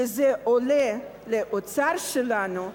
שזה עולה לאוצר שלנו,